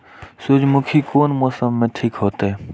सूर्यमुखी कोन मौसम में ठीक होते?